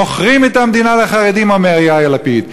מוכרים את המדינה לחרדים, אומר יאיר לפיד.